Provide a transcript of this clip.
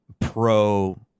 pro